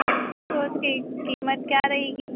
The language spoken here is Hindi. अच्छा तो उसकी कीमत क्या रहेगी